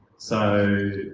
so